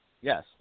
yes